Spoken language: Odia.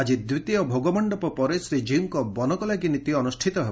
ଆଜି ଦିତୀୟ ଭୋଗମଣ୍ଡପ ପରେ ଶ୍ରୀଜୀଉଙ୍କ ବନକଲାଗି ନୀତି ଅନୁଷିତ ହେବ